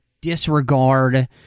disregard